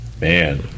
Man